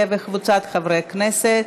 בקריאה טרומית